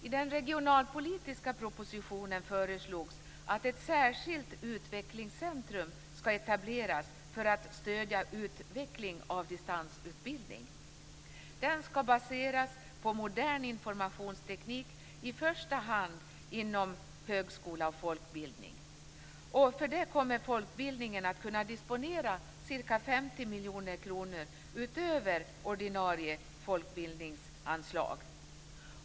I den regionalpolitiska propositionen föreslås att ett särskilt utvecklingscentrum skall etableras för att stödja utvecklingen av distansutbildning. Den skall baseras på modern informationsteknik, i första hand inom högskola och folkbildning. För detta kommer folkbildningen att kunna disponera ca 50 miljoner kronor utöver ordinarie folkbildningsanslag.